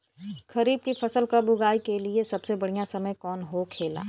खरीफ की फसल कब उगाई के लिए सबसे बढ़ियां समय कौन हो खेला?